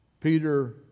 Peter